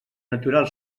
natural